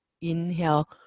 inhale